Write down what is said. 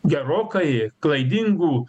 gerokai klaidingų